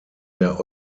der